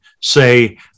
say